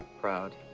proud.